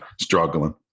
struggling